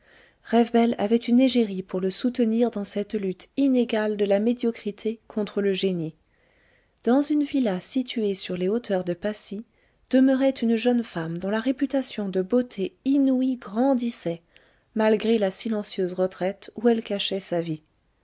rewbel avait une égérie pour le soutenir dans cette lutte inégale de la médiocrité contre le génie dans une villa située sur les hauteurs de passy demeurait une jeune femme dont la réputation de beauté inouïe grandissait malgré la silencieuse retraite où elle cachait sa vie